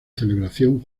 celebración